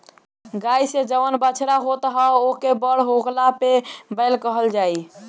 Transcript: गाई से जवन बछड़ा होत ह ओके बड़ होखला पे बैल कहल जाई